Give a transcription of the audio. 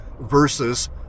versus